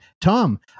Tom